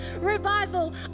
revival